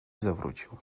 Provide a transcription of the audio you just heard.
zawrócił